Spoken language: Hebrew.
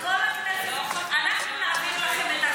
אז כל הכנסת, אנחנו נעביר לכם את החוקים.